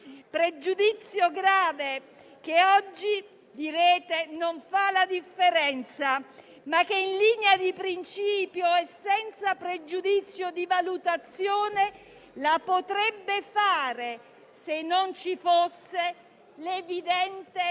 pregiudizio grave, che oggi - direte - non fa la differenza, ma che, in linea di principio e senza pregiudizio di valutazione, la potrebbe fare, se non ci fosse l'evidente